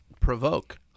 provoke